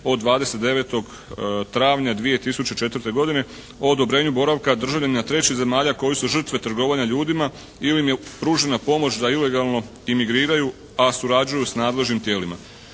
od 29. travnja 2004. godine, o odobrenju boravka državljanina trećih zemalja koji su žrtve trgovanja ljudima ili im je pružena pomoć da ilegalno imigriraju, a surađuju sa nadležnim tijelima.